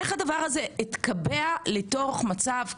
איך הדבר הזה התקבע לתוך מצב כזה,